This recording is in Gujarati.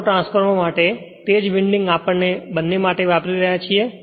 ઓટોટ્રાન્સફોર્મરમાટે તે જ વિન્ડિંગ આપણે બંને માટે વાપરી રહ્યા છીએ